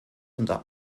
unter